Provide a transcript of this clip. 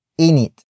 init